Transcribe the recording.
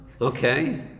Okay